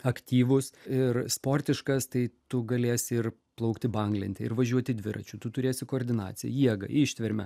aktyvus ir sportiškas tai tu galėsi ir plaukti banglente ir važiuoti dviračiu tu turėsi koordinaciją jėgą ištvermę